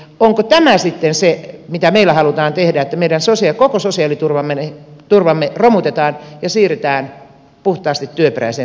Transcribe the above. onko tämä sitten se mitä meillä halutaan tehdä että meidän koko sosiaaliturvamme romutetaan ja siirrytään puhtaasti työperäiseen sosiaaliturvaan